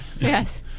Yes